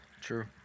true